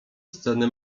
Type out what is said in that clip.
sceny